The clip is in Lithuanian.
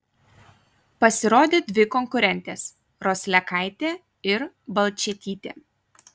pasirodė dvi konkurentės roslekaitė ir balčėtytė